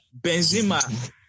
Benzema